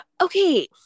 Okay